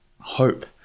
hope